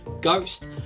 Ghost